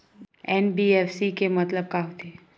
NBFC के मतलब का होथे?